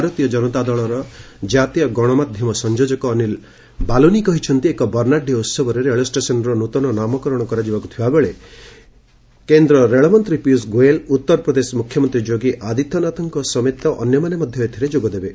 ଭାରତୀୟ ଜନତା ପାର୍ଟିର ଜାତୀୟ ଗଣମାଧ୍ୟମ ସଂଯୋଜକ ଅନିଲ୍ ବାଲୁନୀ କହିଛନ୍ତି ଏକ ବର୍ଷାତ୍ୟ ଉହବରେ ରେଳ ଷ୍ଟେସନ୍ର ନୃତନ ନାମକରଣ କରାଯିବାକୁ ଥିବାବେଳେ କେନ୍ଦ୍ର ରେଳ ମନ୍ତ୍ରୀ ପିୟୁଷ ଗୋୟଲ ଉତ୍ତର ପ୍ରଦେଶ ମୁଖ୍ୟମନ୍ତ୍ରୀ ଯୋଗୀ ଆଦିତ୍ୟନାଥଙ୍କ ସମେତ ଅନ୍ୟମାନେ ମଧ୍ୟ ଏଥିରେ ଯୋଗଦେବେ